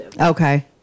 Okay